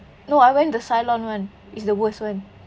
no I went the cylon [one] it's the worst [one]